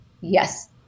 Yes